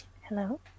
Hello